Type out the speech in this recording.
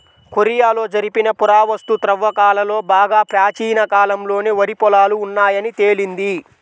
కొరియాలో జరిపిన పురావస్తు త్రవ్వకాలలో బాగా ప్రాచీన కాలంలోనే వరి పొలాలు ఉన్నాయని తేలింది